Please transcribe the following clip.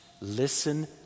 Listen